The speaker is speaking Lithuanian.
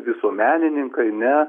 visuomenininkai ne